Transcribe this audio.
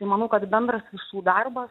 tai manau kad bendras visų darbas